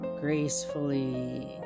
Gracefully